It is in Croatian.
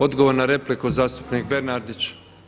Odgovor na repliku zastupnik Bernardić.